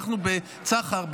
אנחנו בצחר,